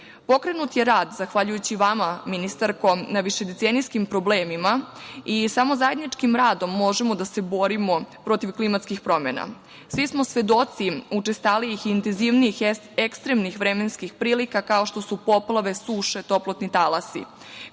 zatekli. Pokrenut je rad, zahvaljujući vama, ministarko, na višedecenijskim problemima i samo zajedničkim radom možemo da se borimo protiv klimatskih promena. Svi smo svedoci učestalijih i intenzivnijih ekstremnih vremenskih prilika kao što su poplave, suše, toplotni talasi,